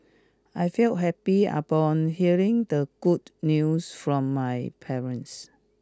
I failed happy upon hearing the good news from my parents